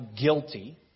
guilty